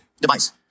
Device